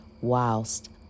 whilst